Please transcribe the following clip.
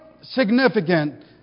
significant